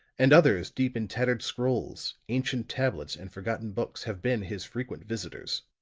and others deep in tattered scrolls, ancient tablets and forgotten books have been his frequent visitors.